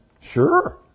Sure